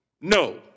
No